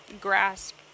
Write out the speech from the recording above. grasp